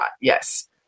yes